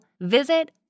visit